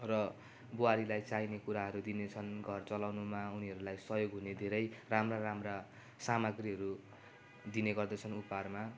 र बुहारीलाई चाहिने कुराहरू दिनेछन् घर चलउनुमा उनीहरूलाई सहयोग हुने धेरै राम्रा राम्रा सामग्रीहरू दिने गर्दछन् उपहारमा